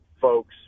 folks